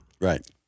Right